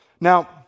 Now